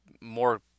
more